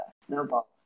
snowball